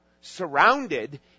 surrounded